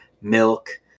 milk